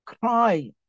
Cry